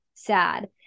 sad